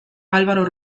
álvaro